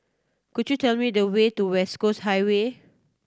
could you tell me the way to West Coast Highway